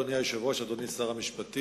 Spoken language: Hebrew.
אדוני היושב-ראש, אדוני שר המשפטים,